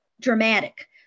dramatic